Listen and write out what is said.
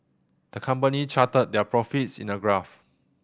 the company charted their profits in a graph